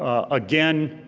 ah again,